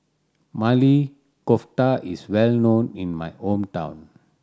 Maili Kofta is well known in my hometown